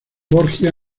borgia